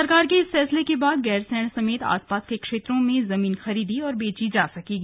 सरकार के इस फैसले के बाद गैरसैंण समेत आसपास के क्षेत्र में जमीन खरीदी और बेची जा सकेगी